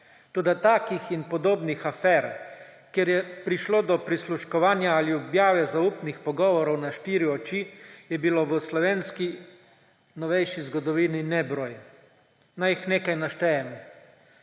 Toda takih in podobnih afer, kjer je prišlo do prisluškovanja ali objave zaupnih pogovorov na štiri oči, je bilo v slovenski novejši zgodovini nebroj. Naj jih nekaj naštejem: